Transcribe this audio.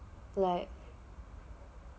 like